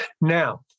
Now